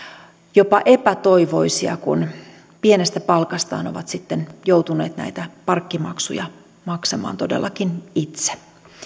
jopa epätoivoisia kun pienestä palkastaan ovat sitten joutuneet näitä parkkimaksuja maksamaan todellakin itse